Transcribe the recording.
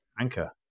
anchor